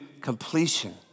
completion